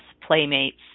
playmates